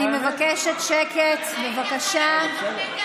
אני מבקשת שקט, בבקשה.